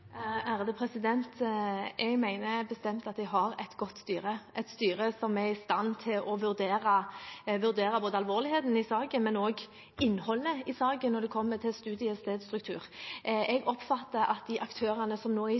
Jeg mener bestemt at jeg har et godt styre, et styre som er i stand til å vurdere ikke bare alvorligheten i saken, men også innholdet i saken når det kommer til studiestedsstruktur. Jeg oppfatter at de aktørene som nå er i